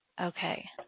okay